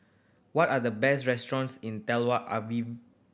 what are the best restaurants in Tel Aviv